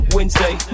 Wednesday